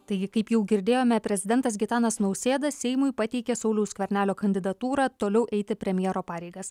taigi kaip jau girdėjome prezidentas gitanas nausėda seimui pateikė sauliaus skvernelio kandidatūrą toliau eiti premjero pareigas